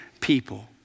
people